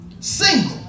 Single